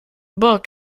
book